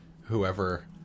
whoever